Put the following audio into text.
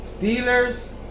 Steelers